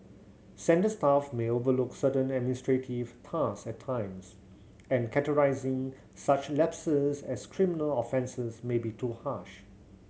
centre staff may overlook certain administrative task at times and categorising such lapses as criminal offences may be too harsh